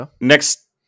next